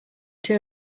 two